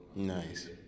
Nice